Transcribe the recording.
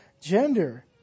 gender